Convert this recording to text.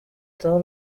todos